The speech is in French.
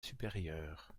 supérieure